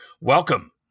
welcome